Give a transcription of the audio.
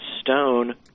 stone